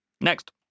Next